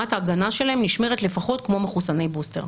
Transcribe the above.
רמת ההגנה שלהם נשמרת לפחות כמו מחוסני בוסטר.